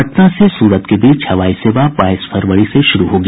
पटना से सूरत के बीच हवाई सेवा बाईस फरवरी से शुरू होगी